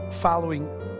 following